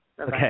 Okay